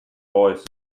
voice